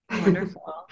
wonderful